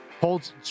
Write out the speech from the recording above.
Holds